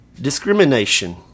discrimination